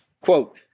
Quote